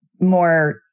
more